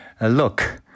look